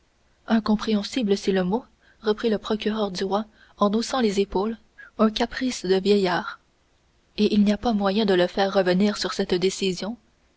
incompréhensible incompréhensible c'est le mot reprit le procureur du roi en haussant les épaules un caprice de vieillard et il n'y a pas moyen de le faire revenir sur cette décision